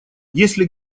если